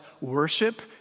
worship